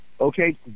Okay